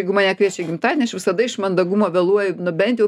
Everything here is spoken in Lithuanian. jeigu mane kviečia į gimtadienį aš visada iš mandagumo vėluoju bent jau